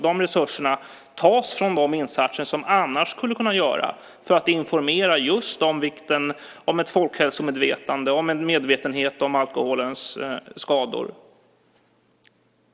De resurserna tas från de insatser som annars skulle kunna göras för att informera just om vikten av folkhälsomedvetande och medvetenhet om alkoholens skador.